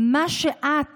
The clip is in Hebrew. במה שאת